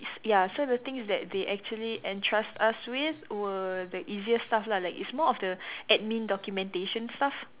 s~ ya so the thing is that they actually entrust us with were the easier stuff lah like it's more of the admin documentation stuff